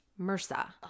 MRSA